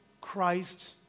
Christ